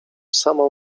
samo